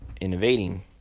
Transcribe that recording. innovating